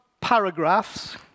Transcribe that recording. paragraphs